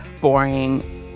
boring